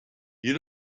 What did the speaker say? you